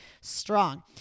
strong